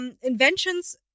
inventions